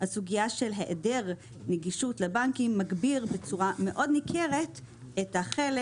הסוגייה של העדר נגישות לבנקים מגבירה בצורה מאוד ניכרת את החלק